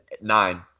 nine